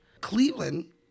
Cleveland